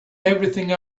everything